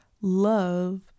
love